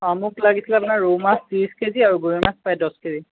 অঁ মোক লাগিছিলে আপোনাৰ ৰৌ মাছ ত্ৰিছ কে জি আৰু গৰৈ মাছ প্ৰায় দহ কে জি